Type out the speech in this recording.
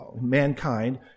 mankind